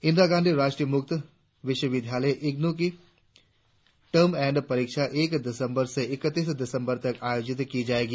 इंदरा गांधी राष्ट्रीय मुक्त विश्व विद्यालय इग्नू की टर्म एण्ड परीक्षा एक दिसंबर से इकतीस दिसंबर तक आयोजित की जायेगी